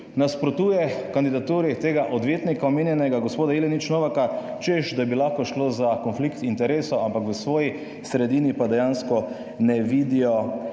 nasprotuje kandidaturi tega odvetnika, omenjenega gospoda Jelenič Novaka, češ da bi lahko šlo za konflikt interesov, ampak v svoji sredini pa dejansko ne vidijo teh